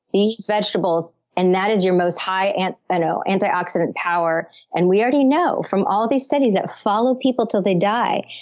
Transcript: these vegetables, and that is your most high and ah antioxidant power. and we already know from all these studies that follow people until they die,